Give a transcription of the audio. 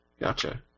gotcha